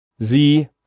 Sie